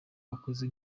yakoze